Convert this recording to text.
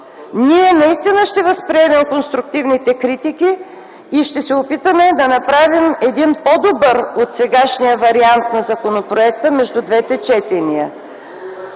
Ние наистина ще възприемем конструктивните критики и ще се опитаме да направим един по-добър от сегашния вариант на законопроекта между двете четения,